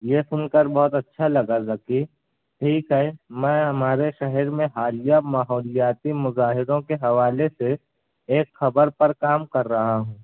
یہ سن کر بہت اچھا لگا ذکی ٹھیک ہے میں ہمارے شہر میں حالیہ ماحولیاتی مظاہروں کے حوالے سے ایک خبر پر کام کررہا ہوں